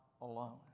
alone